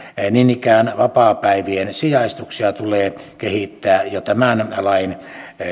niin ikään vapaapäivien sijaistuksia tulee kehittää jo tämän lain